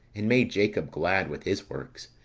and made jacob glad with his works,